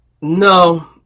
No